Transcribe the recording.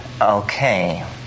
Okay